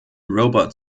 robot